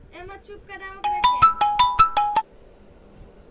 मैं e banking से पैसे कैसे ट्रांसफर कर सकता हूं?